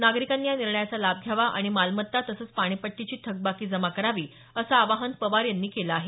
नागरिकांनी या निर्णयाचा लाभ घ्यावा आणि मालमत्ता तसंच पाणीपट्टीची थकबाकी जमा करावी असं आवाहन पवार यांनी केलं आहे